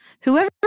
Whoever